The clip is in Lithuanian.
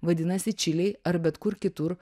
vadinasi čilėj ar bet kur kitur